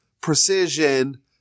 precision